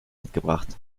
mitgebracht